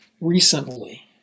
recently